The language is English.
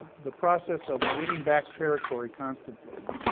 the process of winning back territory constantly,